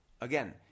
again